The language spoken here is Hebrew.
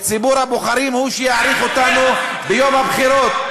וציבור הבוחרים הוא שיעריך אותנו ביום הבחירות.